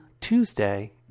Tuesday